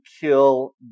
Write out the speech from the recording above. kill